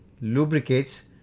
lubricates